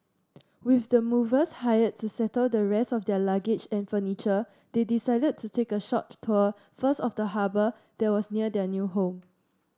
with the movers hired to settle the rest of their luggage and furniture they decided to take a short tour first of the harbour that was near their new home